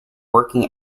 working